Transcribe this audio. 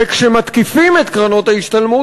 וכשמתקיפים את קרנות ההשתלמות,